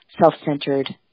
self-centered